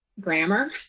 grammar